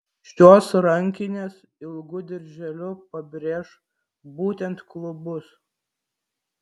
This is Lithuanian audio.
šios rankinės ilgu dirželiu pabrėš būtent klubus